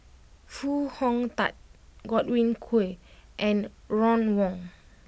Foo Hong Tatt Godwin Koay and Ron Wong